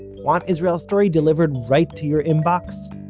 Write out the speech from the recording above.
want israel story delivered right to your inbox?